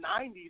90s